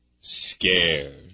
scared